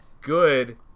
good